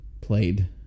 Played